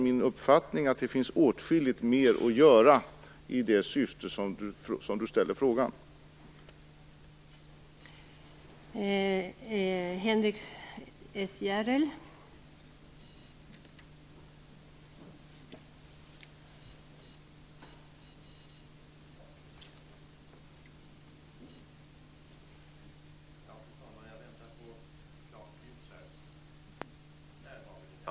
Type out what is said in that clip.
Min uppfattning är att det finns åtskilligt mer att göra i det syfte som frågan avser.